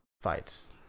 fights